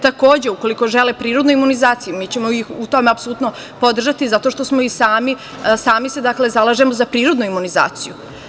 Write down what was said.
Takođe, ukoliko žele prirodnu imunizaciju, mi ćemo ih u tome apsolutno podržati zato što se sami zalažemo za prirodnu imunizaciju.